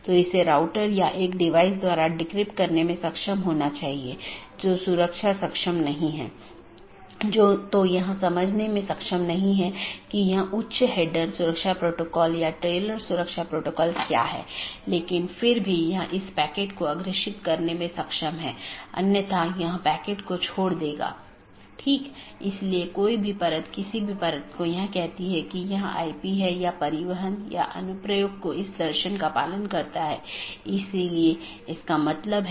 यह एक चिन्हित राउटर हैं जो ऑटॉनमस सिस्टमों की पूरी जानकारी रखते हैं और इसका मतलब यह नहीं है कि इस क्षेत्र का सारा ट्रैफिक इस क्षेत्र बॉर्डर राउटर से गुजरना चाहिए लेकिन इसका मतलब है कि इसके पास संपूर्ण ऑटॉनमस सिस्टमों के बारे में जानकारी है